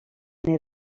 neu